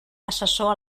assessor